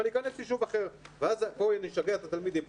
אבל ייכנס ישוב אחר ואז פה אני אשגע את התלמידים.